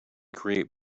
create